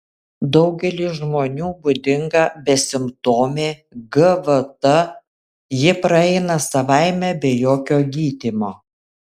daugeliui žmonių būdinga besimptomė gvt ji praeina savaime be jokio gydymo